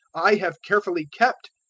i have carefully kept.